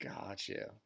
Gotcha